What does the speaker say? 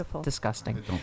disgusting